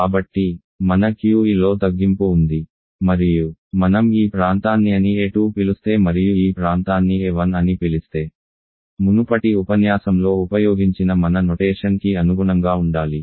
కాబట్టి మన QE లో తగ్గింపు ఉంది మరియు మనం ఈ ప్రాంతాన్నిఅని A2 పిలుస్తే మరియు ఈ ప్రాంతాన్ని A1 అని పిలిస్తే మునుపటి ఉపన్యాసంలో ఉపయోగించిన మన నొటేషన్ కి అనుగుణంగా ఉండాలి